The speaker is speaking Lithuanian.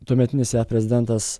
tuometinis prezidentas